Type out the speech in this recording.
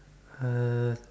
uh